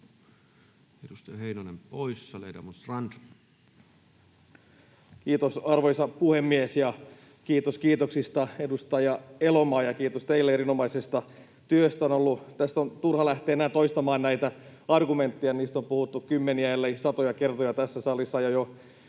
Kiitos, arvoisa puhemies! Kiitos kiitoksista, edustaja Elomaa, ja kiitos teille erinomaisesta työstä. Tästä on turha lähteä enää toistamaan näitä argumentteja, niistä on puhuttu kymmeniä ellei satoja kertoja tässä salissa,